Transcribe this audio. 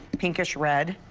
pinkish red.